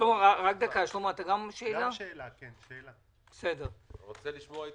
לשמוע את